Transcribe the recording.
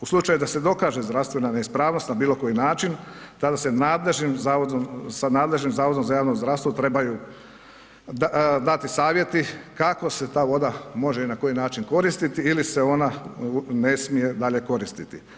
U slučaju da se dokaže zdravstvena neispravnost na bilo koji način tada se nadležnim, sa nadležnim Zavodom za javno zdravstvo trebaju dati savjeti kako se ta voda može i na koji način koristiti ili se ona ne smije dalje koristiti.